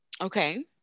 okay